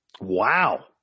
Wow